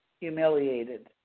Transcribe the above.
Humiliated